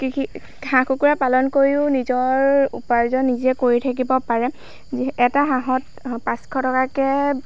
হাঁহ কুকুৰা পালন কৰিও নিজৰ উপাৰ্জন নিজে কৰি থাকিব পাৰে এটা হাঁহত পাঁচশ টকাকৈ